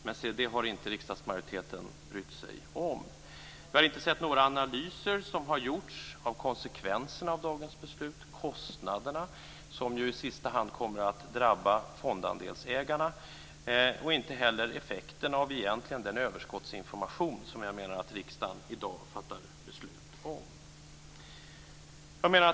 Men se det har inte riksdagsmajoriteten brytt sig om. Jag har inte sett att det har gjorts några analyser av konsekvenserna av dagens beslut, av kostnaderna, som i sista hand kommer att drabba fondandelsägarna, eller av effekterna av den överskottsinformation som riksdagen i dag fattar beslut om.